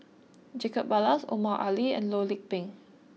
Jacob Ballas Omar Ali and Loh Lik Peng